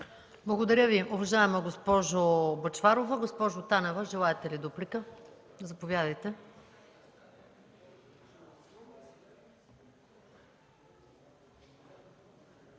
Благодаря Ви, уважаема госпожо Бъчварова. Госпожо Танева, желаете ли дуплика? Заповядайте.